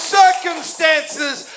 circumstances